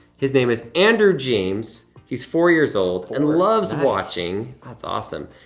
his name is andrew james. he's four years old and loves watching, that's awesome.